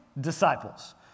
disciples